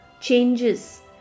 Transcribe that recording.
changes